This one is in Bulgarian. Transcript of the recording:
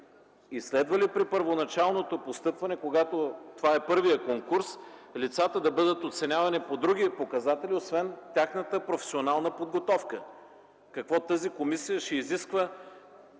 и следва ли при първоначалното постъпване, когато това е първият конкурс, лицата да бъдат оценявани по други показатели, освен тяхната професионална подготовка? Тази комисия ще изисква